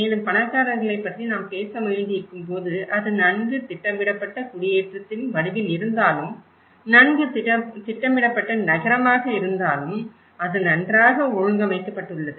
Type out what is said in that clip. மேலும் பணக்காரர்களைப் பற்றி நாம் பேச வேண்டியிருக்கும் போது அது நன்கு திட்டமிடப்பட்ட குடியேற்றத்தின் வடிவத்தில் இருந்தாலும் நன்கு திட்டமிடப்பட்ட நகரமாக இருந்தாலும் சரி அது நன்றாக ஒழுங்கமைக்கப்பட்டுள்ளது